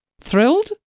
Thrilled